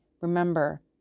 remember